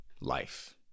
life